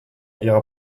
ihre